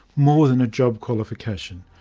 more than a job qualification.